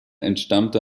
entstammte